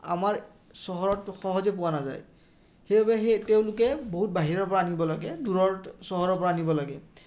আমাৰ চহৰত সহজে পোৱা নাযায় সেইবাবে সেই তেওঁলোকে বহুত বাহিৰৰ পৰা আনিব লাগে দূৰত চহৰৰ পৰা আনিব লাগে